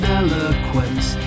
eloquence